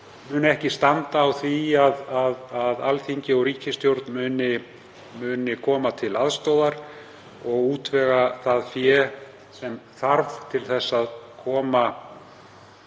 mun ekki standa á Alþingi og ríkisstjórn að koma til aðstoðar og útvega það fé sem þarf til að koma